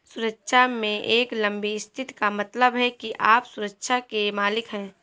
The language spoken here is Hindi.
सुरक्षा में एक लंबी स्थिति का मतलब है कि आप सुरक्षा के मालिक हैं